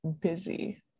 busy